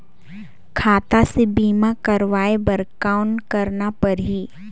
खाता से बीमा करवाय बर कौन करना परही?